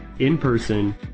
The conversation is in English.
in-person